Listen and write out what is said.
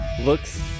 looks